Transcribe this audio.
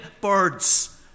birds